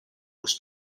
was